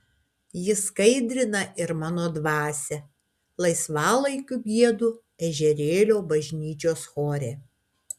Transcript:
ji skaidrina ir mano dvasią laisvalaikiu giedu ežerėlio bažnyčios chore